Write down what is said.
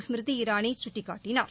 ஸ்மிருதி இரானி சுட்டிக்காட்டினார்